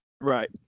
Right